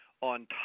on